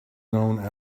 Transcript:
known